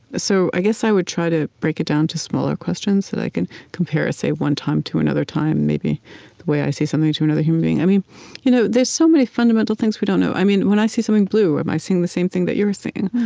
so i guess i would try to break it down to smaller questions so that i can compare, say, one time to another time, maybe the way i see something to another human being i mean you know there's so many fundamental things we don't know. i mean when i see something blue, am i seeing the same thing that you're seeing?